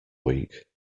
week